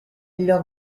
leur